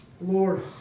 Lord